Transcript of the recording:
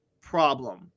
problem